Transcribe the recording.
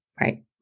right